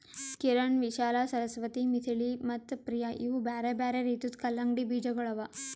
ಕಿರಣ್, ವಿಶಾಲಾ, ಸರಸ್ವತಿ, ಮಿಥಿಳಿ ಮತ್ತ ಪ್ರಿಯ ಇವು ಬ್ಯಾರೆ ಬ್ಯಾರೆ ರೀತಿದು ಕಲಂಗಡಿ ಬೀಜಗೊಳ್ ಅವಾ